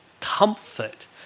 comfort